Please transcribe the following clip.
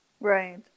Right